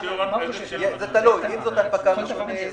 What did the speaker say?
אם זו הנפקה משנית,